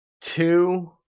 Two